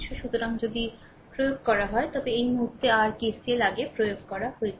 সুতরাং যদি প্রয়োগ করা হয় তবে এই মুহুর্তে r KCL আগে প্রয়োগ করা হয়েছিল